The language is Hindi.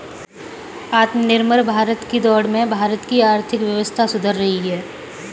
आत्मनिर्भर भारत की दौड़ में भारत की आर्थिक व्यवस्था सुधर रही है